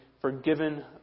forgiven